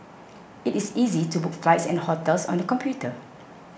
it is easy to book flights and hotels on the computer